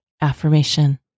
AFFIRMATION